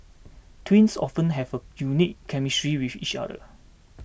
twins often have a unique chemistry with each other